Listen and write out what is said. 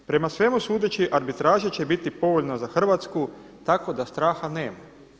Prema svemu sudeći arbitraža će biti povoljna za Hrvatsku tako da straha nema“